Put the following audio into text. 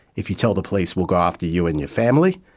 if you tell the police, we'll go after you and your family.